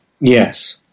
Yes